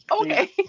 Okay